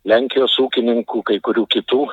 lenkijos ūkininkų kai kurių kitų